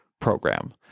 program